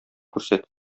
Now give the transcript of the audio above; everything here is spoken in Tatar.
күрсәт